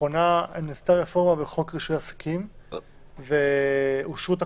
לאחרונה נעשתה רפורמה בחוק רישוי עסקים ואושרו תקנות.